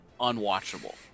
unwatchable